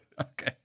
Okay